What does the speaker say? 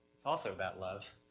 it's also about love,